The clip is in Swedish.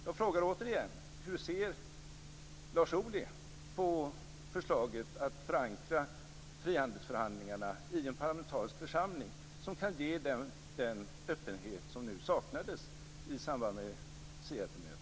Jag frågar återigen: Hur ser Lars Ohly på förslaget om att förankra frihandelsförhandlingarna i en parlamentarisk församling som kan ge den öppenhet som saknades i samband med Seattlemötet?